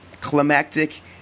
climactic